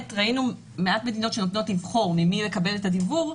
שראינו מעט מדינות שנותנות לבחור ממי לקבל את הדיוור,